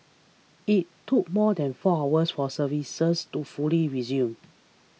it took more than four was for services to fully resume